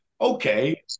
okay